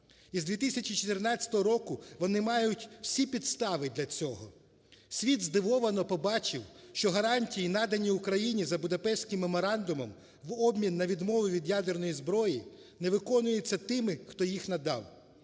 Із 2014 року вони мають всі підстави для цього. Світ здивовано побачив, що гарантії, надані Україні за Будапештським меморандумом в обмін на відмову від ядерної зброї, не виконується тими, хто їх надав.